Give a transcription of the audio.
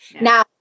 Now